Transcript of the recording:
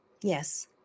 Yes